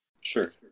Sure